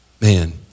Man